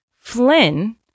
Flynn